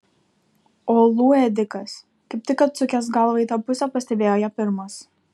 uolų ėdikas kaip tik atsukęs galvą į tą pusę pastebėjo ją pirmas